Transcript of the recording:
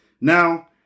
Now